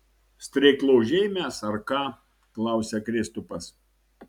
streiklaužiai mes ar ką klausia kristupas